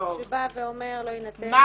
שבא ואומר לא יינתן -- טוב.